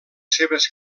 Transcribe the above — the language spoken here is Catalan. seves